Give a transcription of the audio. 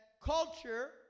culture